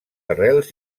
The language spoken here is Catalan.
arrels